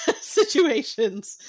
situations